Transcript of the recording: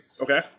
Okay